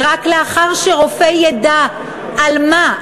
ורק לאחר שרופא ידע על מה,